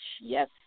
yes